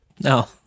no